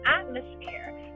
atmosphere